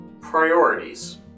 priorities